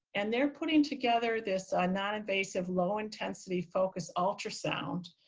and they're putting together this non-invasive low-intensity focused ultrasound.